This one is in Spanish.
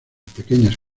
pequeñas